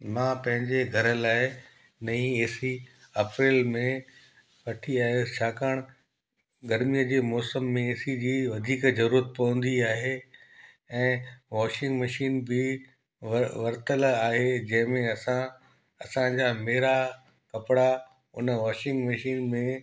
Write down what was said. मां पंहिंजे घर लाइ नईं एसी अप्रैल में वठी आहियसि छाकाणि गर्मीअ जे मौसम में एसी जी वधीक ज़रूरत पवंदी आहे ऐं वॉशिंग मशीन बि वरितलु आहे जंहिंमें असां असांजा मेरा कपिड़ा उन वॉशिंग मशीन में